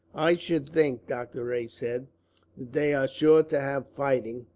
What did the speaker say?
i should think, doctor rae said, that they are sure to have fighting.